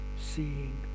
seeing